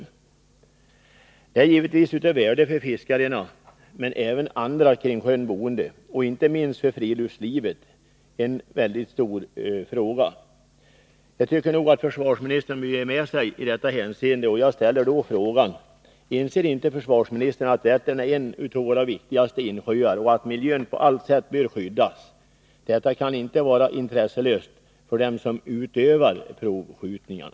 Detta är givetvis av värde för fiskarena, men även för andra kring sjön boende och inte minst för friluftslivet är det en stor fråga. Jag tycker nog att försvarsministern bör ge med sig i detta hänseende, och jag ställer då frågan: Inser inte försvarsministern att Vättern är en av våra viktigaste insjöar och att miljön på allt sätt bör skyddas? Detta kan inte vara intresselöst för dem som utövar provskjutningarna.